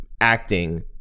acting